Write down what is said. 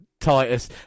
Titus